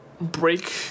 break